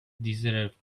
deserve